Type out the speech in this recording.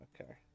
okay